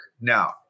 Now